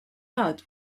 not